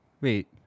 Wait